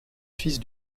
fils